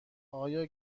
آیا